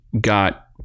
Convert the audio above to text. got